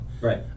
Right